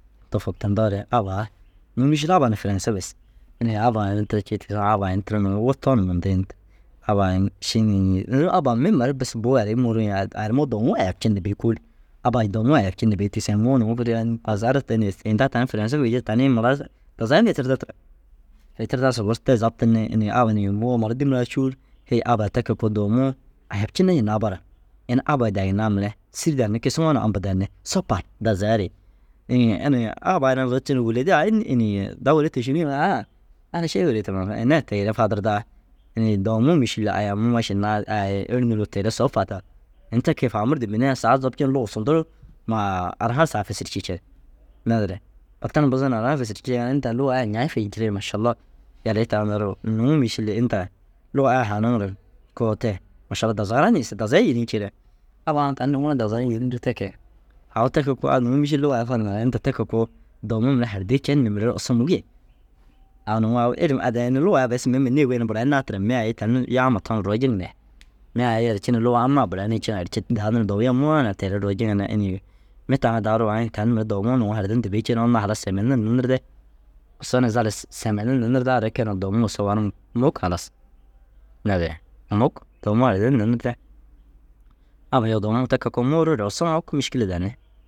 Tofoktindoore abba aa nuŋu mîšil abba firanse bes. Ini abbaa ini tira cii tigisoo abbaa ini tira nuŋu wutoo na mundi abbaa ini ši ni înni abbaa mire mura ru bes bu arii muurugi ari ariimuu dowimuu ayapcine bêyi kôoli. Abbai dowumuu ayapcine bêyi tigisiŋa mi- u nuŋu tani firanse fi jidirtu tanii mura ru dazaga fi tirde tira. Fitirdaa soboos te zaptin ni ini abba ni mi- u mura dîmira cûu ru hêe abba i te kee koo dowumuu ayapcine hinnaa bara ini abbai daginnaa mire sîri danni kisiŋoo na amba danni. Sopaar dazaari ini ini abba i na zaptin ni « wûledi ai înni » yinii « da wêretig šûnu » yiŋoo « a- a ana šêyi wôreete maafî » ini ai te ini fadirdaa înni? Dowumuu mîšil ayamume šinnaa ai ye êri nuruu teere sop fadaa ini te kee faamurde bênne ru saga zapci lugaa sunduu ru maa ara hassa fêrerci cen. Naazire inda ai luga ai ñai fi ncidir mašallah yalii taŋa daguruu nuŋu mîšilli inda luga ai hananiŋiroo koo te mašallah dazagara nigisu dazaga yênii nciree abba tani nuŋu na dazaga yênirig te kee ai te kee al mûhim mîšil lugaa ai fan ŋa ai inda te kee koo dowumuu mire hardii cen ni mire ru usso mugyen. Au nuŋu au ilim ai daa ni luga ai bes mi ma nêe goyi ni burayinaa tira mi ayii tani yaama tama rojiŋ nayi. Mi ayii yerci luga ammaa burayinii ciŋa yerci dau nuruu dowii ai muwoo na teere rojiŋi na ini. « Mi taŋa daguruu a- a » yinii « tani mire dowumuu nuŋu hardi nirde bêi cii ru unnu halas semenir ninirde usso na zal semenir ninidaare kee ne ru dowumuu ŋa usso ran mug halas, naazire mug dowumuu hardinir ninirde, abba yoo dowumuu te kee koo muurugire usso mug šîkile danni